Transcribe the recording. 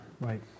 Right